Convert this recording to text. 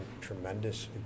tremendous